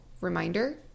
reminder